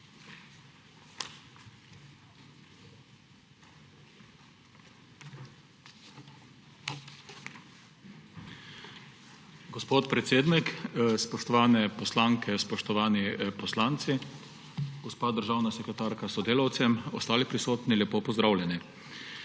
Gospod predsednik, spoštovane poslanke, spoštovani poslanci, gospa državna sekretarka s sodelavcem, ostali prisotni, lepo pozdravljeni!